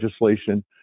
legislation